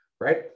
Right